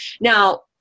Now